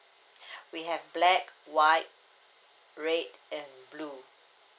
we have black white red and blue